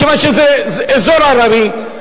כיוון שזה אזור הררי,